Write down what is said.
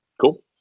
Cool